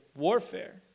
Warfare